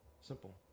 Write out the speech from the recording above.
Simple